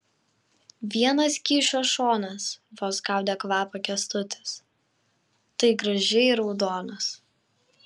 vienas kyšio šonas vos gaudė kvapą kęstutis tai gražiai raudonas